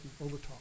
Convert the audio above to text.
over-talk